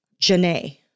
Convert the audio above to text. Janae